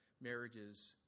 marriages